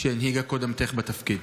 שהנהיגה קודמתך בתפקיד?